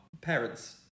parents